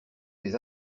des